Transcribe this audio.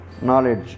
knowledge